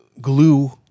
glue